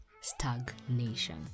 stagnation